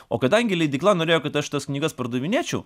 o kadangi leidykla norėjo kad aš tas knygas pardavinėčiau